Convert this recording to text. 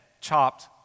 chopped